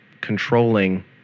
controlling